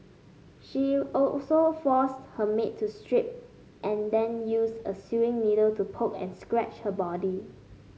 she also forced her maid to strip and then use a sewing needle to poke and scratch her body